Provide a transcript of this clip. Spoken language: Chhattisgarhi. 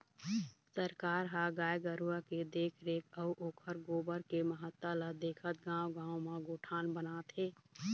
सरकार ह गाय गरुवा के देखरेख अउ ओखर गोबर के महत्ता ल देखत गाँव गाँव म गोठान बनात हे